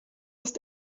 ist